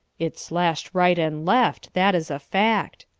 it slashed right and left, that is a fact,